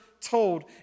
told